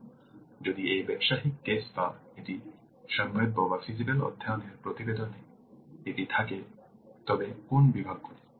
সুতরাং যদি এই ব্যবসায়িক কেস বা একটি সম্ভাব্য অধ্যয়ন এর প্রতিবেদনে এটি থাকা উচিত তবে কোন বিভাগগুলি